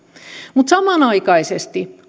mutta samanaikaisesti